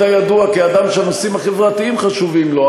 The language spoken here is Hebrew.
אתה ידוע כאדם שהנושאים החברתיים חשובים לו.